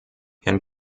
herrn